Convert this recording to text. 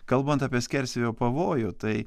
kalbant apie skersvėjo pavojų tai